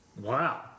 Wow